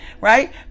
right